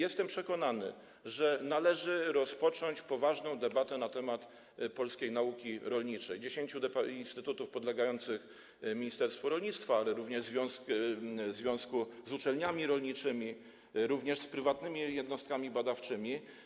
Jestem przekonany, że należy rozpocząć poważną debatę na temat polskiej nauki rolniczej, na temat dziesięciu instytutów podlegających ministerstwu rolnictwa, ale również związku z uczelniami rolniczymi, także z prywatnymi jednostkami badawczymi.